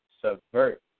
Subvert